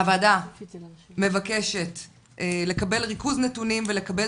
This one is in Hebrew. הוועדה מבקשת לקבל ריכוז נתונים ולקבל